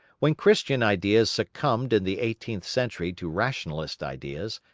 when christian ideas succumbed in the eighteenth century to rationalist ideas,